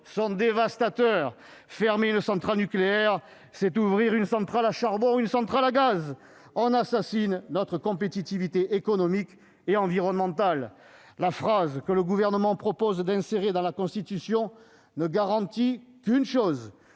sont dévastateurs. Fermer une centrale nucléaire, c'est ouvrir une centrale à charbon ou une centrale à gaz. On assassine notre compétitivité économique et environnementale ! La phrase que le Gouvernement propose d'insérer dans la Constitution ne « garantit » qu'une chose